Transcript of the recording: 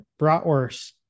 bratwurst